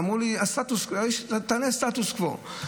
אמרו לי: תענה סטטוס קוו.